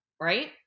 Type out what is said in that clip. right